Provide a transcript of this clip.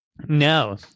No